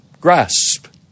grasp